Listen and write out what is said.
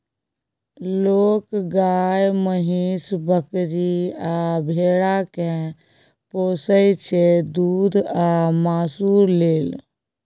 लोक गाए, महीष, बकरी आ भेड़ा केँ पोसय छै दुध आ मासु लेल